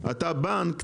אתה בנק,